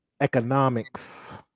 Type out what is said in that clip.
economics